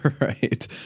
Right